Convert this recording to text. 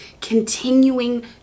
continuing